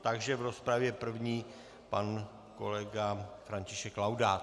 Takže v rozpravě první pan kolega František Laudát.